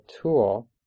tool